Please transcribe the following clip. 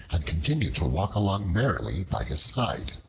and continued to walk along merrily by his side.